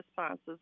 responses